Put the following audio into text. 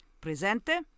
Presente